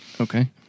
Okay